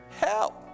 Help